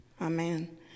Amen